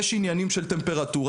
יש עניינים של טמפרטורה,